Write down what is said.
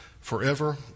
forever